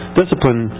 discipline